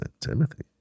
timothy